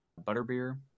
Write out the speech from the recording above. Butterbeer